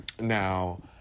Now